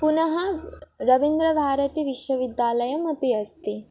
पुनः रविन्द्रभारतिः विश्वविद्यालयमपि अस्ति